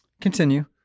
Continue